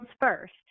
first